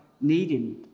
needing